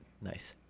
nice